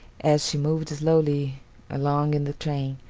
as she moved slowly along in the train,